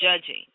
judging